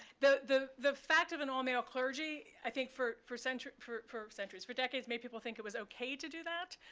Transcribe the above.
the the fact of an all-male clergy, i think for for centuries for for centuries for decades made people think it was ok to do that.